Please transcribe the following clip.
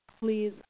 please